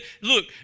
Look